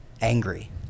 angry